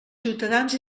ciutadans